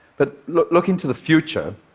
but like looking to the future,